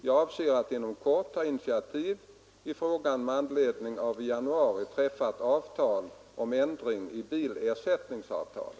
Jag avser inom kort ta initiativ i frågan med anledning av i januari träffat avtal om ändring i bilersättningsavtalet.